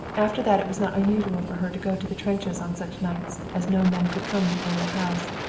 after that it was not unusual for her to go to the trenches, on such nights as no men could come to the little house.